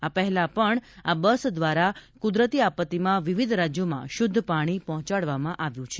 આ પહેલા પણ આ બસ દ્વારા કુદરતી આપત્તીમાં વિવિધ રાજ્યોમાં શુદ્ધ પાણી પહોંચાડવામાં આવ્યું છે